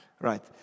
Right